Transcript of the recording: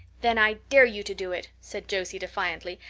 then i dare you to do it, said josie defiantly.